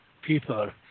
People